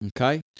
okay